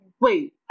Wait